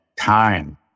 time